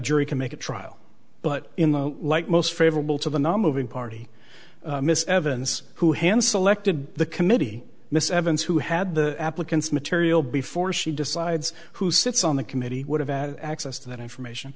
jury can make a trial but in the light most favorable to the nom of a party miss evans who hand selected the committee miss evans who had the applicant's material before she decides who sits on the committee would have access to that information